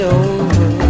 over